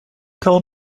tell